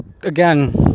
Again